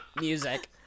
music